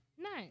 Nice